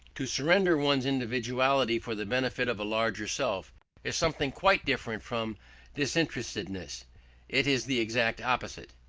to surrender one's individuality for the benefit of a larger self is something quite different from disinterestedness it is the exact opposite.